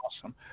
awesome